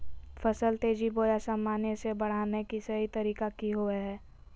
फसल तेजी बोया सामान्य से बढने के सहि तरीका कि होवय हैय?